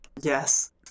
Yes